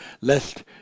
lest